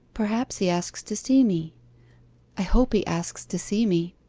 perhaps he asks to see me i hope he asks to see me